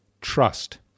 trust